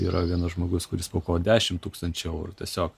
yra vienas žmogus kuris paaukojo dešimt tūkstančių eurų tiesiog